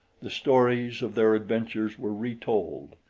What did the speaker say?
the stories of their adventures were retold,